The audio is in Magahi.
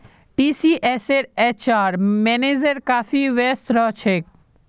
टीसीएसेर एचआर मैनेजर काफी व्यस्त रह छेक